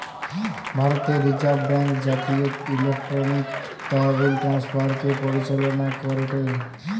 ভারতের reserve bank জাতীয় electronic তহবিল ট্রান্সফার কে পরিচালনা করেটে